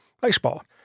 baseball